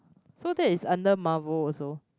so that is under Marvel also